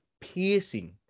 piercing